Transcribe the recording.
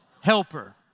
helper